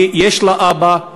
יש לה אבא,